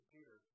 Peter